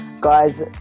guys